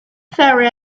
ferry